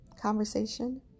conversation